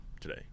today